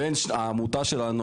העמותה שלנו,